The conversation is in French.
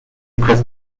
presque